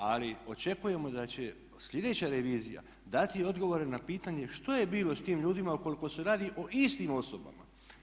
Ali očekujemo da će sljedeća revizija dati odgovore na pitanje što je bilo sa tim ljudima ukoliko se radi o istim osobama.